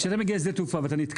כשאתה מגיע לשדה התעופה ונתקעת,